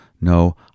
No